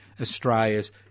Australia's